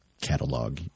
catalog